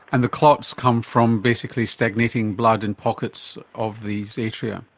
and the clots come from basically stagnating blood in pockets of these atria.